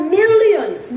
millions